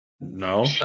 No